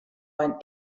ein